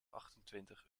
achtentwintig